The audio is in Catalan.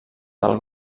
del